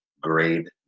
Grade